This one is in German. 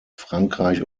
frankreich